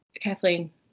Kathleen